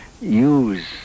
use